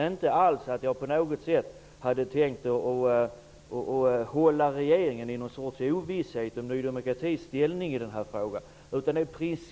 Jag hade inte på något sätt tänkt att jag skulle hålla regeringen i ett slags ovisshet om Ny demokratis inställning i den här frågan.